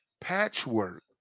Patchwork